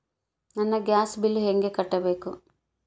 ನನ್ನ gas bill ಹೆಂಗ ಕಟ್ಟಬೇಕು?